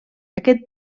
aquest